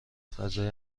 فضای